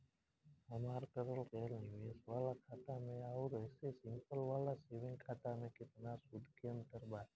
हमार करल गएल निवेश वाला खाता मे आउर ऐसे सिंपल वाला सेविंग खाता मे केतना सूद के अंतर बा?